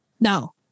No